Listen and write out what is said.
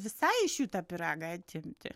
visai iš jų tą pyragą atimti